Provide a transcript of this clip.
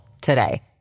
today